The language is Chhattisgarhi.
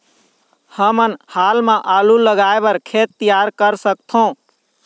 हमन हाल मा आलू लगाइ बर खेत तियार कर सकथों?